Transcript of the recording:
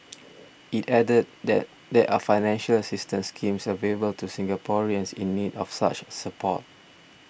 it added that there are financial assistance schemes available to Singaporeans in need of such support